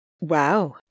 Wow